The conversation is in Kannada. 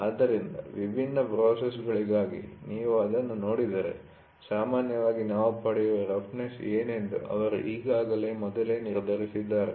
ಆದ್ದರಿಂದ ವಿಭಿನ್ನ ಪ್ರಾಸೆಸ್'ಗಳಿಗಾಗಿ ನೀವು ಅದನ್ನು ನೋಡಿದರೆ ಸಾಮಾನ್ಯವಾಗಿ ನಾವು ಪಡೆಯುವ ರಫ್ನೆಸ್ ಏನೆಂದು ಅವರು ಈಗಾಗಲೇ ಮೊದಲೇ ನಿರ್ಧರಿಸಿದ್ದಾರೆ